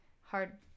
hard